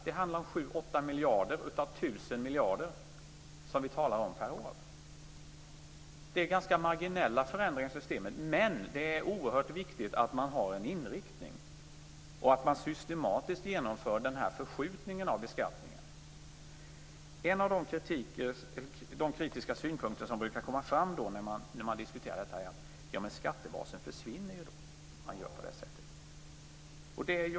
Det handlar om sju åtta miljarder av tusen miljarder per år. Det är ganska marginella förändringar av systemet, men det är oerhört viktigt att man har en inriktning och att man systematiskt genomför den här förskjutningen av beskattningen. En av de kritiska synpunkter som brukar komma fram när man diskuterar detta är att skattebasen försvinner om man gör på det sättet.